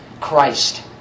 Christ